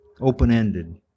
open-ended